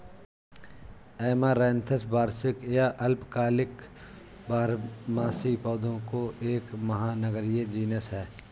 amaranthus वार्षिक या अल्पकालिक बारहमासी पौधों का एक महानगरीय जीनस है